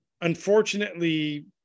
unfortunately